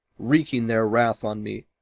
wreaking their wrath on me,